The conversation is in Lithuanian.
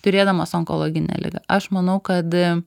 turėdamas onkologinę ligą aš manau kad